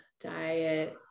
diet